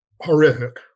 horrific